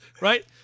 Right